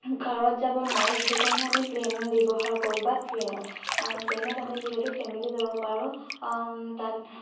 কাৰত যাব নোৱাৰোঁ সেইকাৰণে আমি প্লেইন ব্যৱহাৰ কৰোঁ বা ট্ৰেইনত প্লেইনত আমি যিহেতু ফেমিলি যাব পাৰোঁ তাত